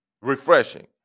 refreshing